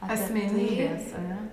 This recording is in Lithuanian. asmenybės a ne